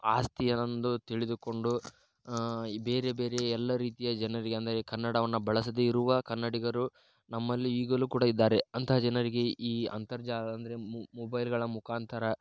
ಆಸ್ತಿ ಎಂದು ತಿಳಿದುಕೊಂಡು ಈ ಬೇರೆ ಬೇರೆ ಎಲ್ಲ ರೀತಿಯ ಜನರಿಗೆ ಅಂದರೆ ಕನ್ನಡವನ್ನು ಬಳಸದೇ ಇರುವ ಕನ್ನಡಿಗರು ನಮ್ಮಲ್ಲಿ ಈಗಲೂ ಕೂಡ ಇದ್ದಾರೆ ಅಂತಹ ಜನರಿಗೆ ಈ ಈ ಅಂತರ್ಜಾಲ ಅಂದರೆ ಮೊಬೈಲ್ಗಳ ಮುಖಾಂತರ